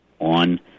on